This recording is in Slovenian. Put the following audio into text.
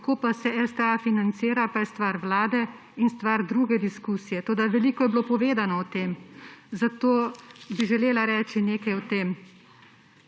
Kako pa se STA financira, pa je stvar Vlade in stvar druge diskusije. Toda veliko je bilo povedano o tem, zato bi želela reči nekaj o tem.